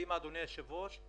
תודה, אדוני היושב-ראש.